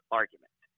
argument